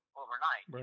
overnight